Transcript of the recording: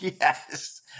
Yes